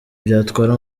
byatwara